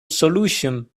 solution